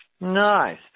Nice